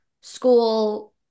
school